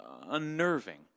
unnerving